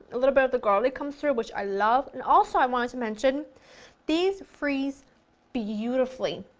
a little bit of the garlic comes through which i love, and also i wanted to mention these freeze beautifully,